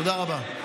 תודה רבה.